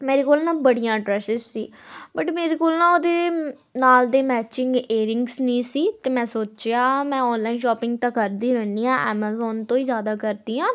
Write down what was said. ਮੇਰੇ ਕੋਲ ਨਾ ਬੜੀਆ ਡਰੈਸਸ ਸੀ ਬਟ ਮੇਰੇ ਕੋਲ ਨਾ ਉਹਦੇ ਨਾਲ ਦੇ ਮੈਚਿੰਗ ਏਅਰਿੰਗਸ ਨਹੀਂ ਸੀ ਅਤੇ ਮੈਂ ਸੋਚਿਆ ਮੈਂ ਔਨਲਾਈਨ ਸ਼ੋਪਿੰਗ ਤਾਂ ਕਰਦੀ ਰਹਿੰਦੀ ਹਾਂ ਐਮਾਜੋਨ ਤੋਂ ਹੀ ਜ਼ਿਆਦਾ ਕਰਦੀ ਹਾਂ